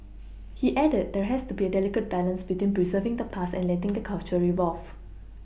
he added there has to be a delicate balance between preserving the past and letting the culture evolve